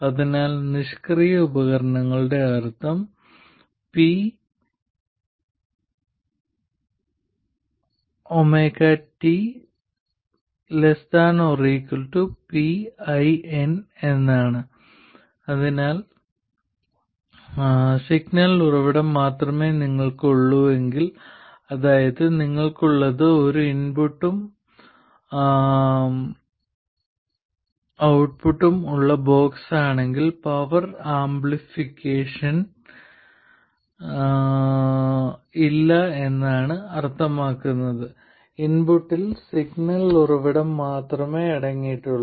അതിനാൽ നിഷ്ക്രിയ ഉപകരണങ്ങളുടെ അർത്ഥം Pout ≤ Pin എന്നാണ് അതിനാൽ സിഗ്നൽ ഉറവിടം മാത്രമേ നിങ്ങൾക്ക് ഒള്ളൂവെങ്കിൽ അതായത് നിങ്ങൾക്കുള്ളത് ഒരു ഇൻപുട്ടും ഔട്ട്പുട്ടും ഉള്ള ബോക്സ് ആണെങ്കിൽ പവർ ആംപ്ലിഫിക്കേഷൻ ഇല്ല എന്നാണ് അർത്ഥമാക്കുന്നത് ഇൻപുട്ടിൽ സിഗ്നൽ ഉറവിടം മാത്രമേ അടങ്ങിയിട്ടുള്ളൂ